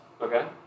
Okay